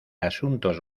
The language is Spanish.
asuntos